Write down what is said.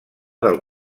del